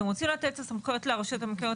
אתם רוצים לתת את הסמכויות לרשויות המקומיות,